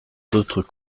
d’autres